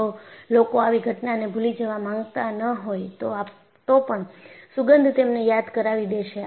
જો લોકો આવી ઘટનાને ભૂલી જવા માંગતા ન હોય તો પણ સુગંધ તેમને યાદ કરાવિ દેશે